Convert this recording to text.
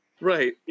Right